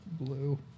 Blue